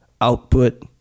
output